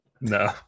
No